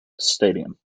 stadium